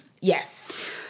Yes